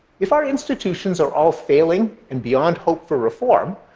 if our institutions are all failing and beyond hope for reform,